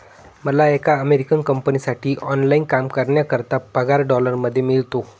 मला एका अमेरिकन कंपनीसाठी ऑनलाइन काम करण्याकरिता पगार डॉलर मध्ये मिळतो